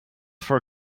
for